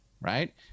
right